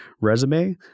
resume –